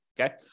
Okay